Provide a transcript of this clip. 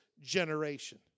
generation